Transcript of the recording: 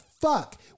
fuck